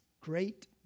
great